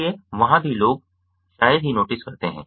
इसलिए वहां भी लोग शायद ही नोटिस करते हैं